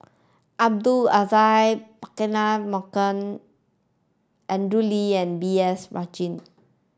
Abdul Aziz Pakkeer Mohamed Andrew Lee and B S Rajhans